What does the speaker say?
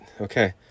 okay